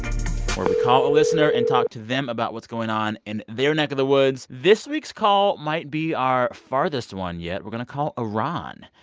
where we call a listener and talk to them about what's going on in their neck of the woods. this week's call might be our farthest one yet. we're going to call iran.